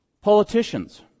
Politicians